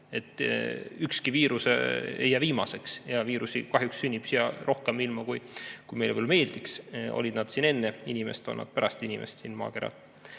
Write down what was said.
ükski viirus ei jää viimaseks ja viirusi kahjuks sünnib siia ilma rohkem, kui meile meeldib. Olid need enne inimest, on nad ka pärast inimest siin maakeral.